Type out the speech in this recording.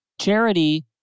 charity